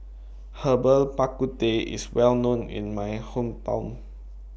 Herbal Bak Ku Teh IS Well known in My Hometown